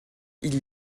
ils